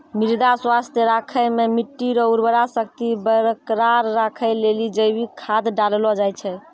मृदा स्वास्थ्य राखै मे मट्टी रो उर्वरा शक्ति बरकरार राखै लेली जैविक खाद डाललो जाय छै